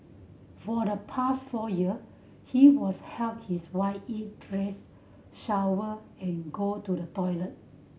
for the past four year he was helped his wife eat dress shower and go to the toilet